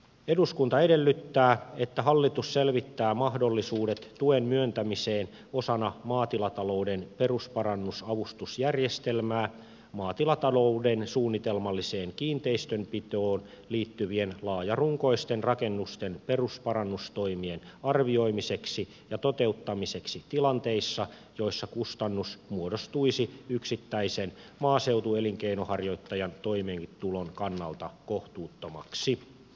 eduskunta edellyttää että hallitus selvittää mahdollisuudet tuen myöntämiseen osana maatilatalouden perusparannusavustusjärjestelmää maatilatalouden suunnitelmalliseen kiinteistönpitoon liittyvien laajarunkoisten rakennusten perusparannustoimien arvioimiseksi ja toteuttamiseksi tilanteissa joissa kustannus muodostuisi yksittäisen maaseutuelinkeinonharjoittajan toimeentulon kannalta kohtuuttomaksi